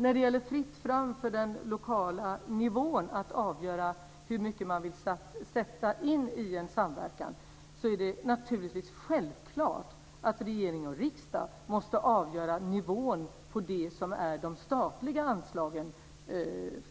När det gäller frågan om fritt fram för den lokala nivån att avgöra hur mycket man vill sätta in i en samverkan är det självklart att regering och riksdag måste avgöra nivån på de statliga anslagen,